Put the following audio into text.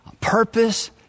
purpose